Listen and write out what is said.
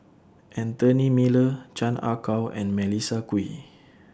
Anthony Miller Chan Ah Kow and Melissa Kwee